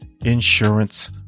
insurance